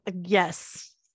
Yes